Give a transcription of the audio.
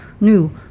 new